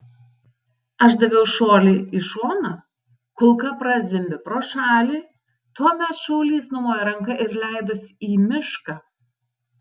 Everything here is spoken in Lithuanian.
aš daviau šuolį į šoną kulka prazvimbė pro šalį tuomet šaulys numojo ranka ir leidosi į mišką